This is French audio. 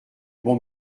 bon